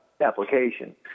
application